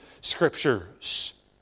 Scriptures